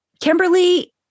Kimberly